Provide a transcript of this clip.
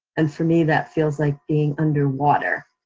and for me, that feels like being underwater.